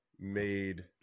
made